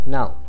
Now